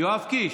יואב קיש,